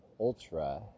Ultra